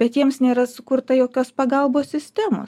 bet jiems nėra sukurta jokios pagalbos sistemos